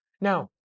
Now